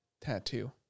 tattoo